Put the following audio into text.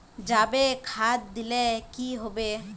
जाबे खाद दिले की होबे?